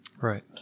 Right